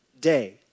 day